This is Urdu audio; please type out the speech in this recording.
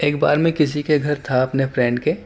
ایک بار میں کسی کے گھر تھا اپنے فرینڈ کے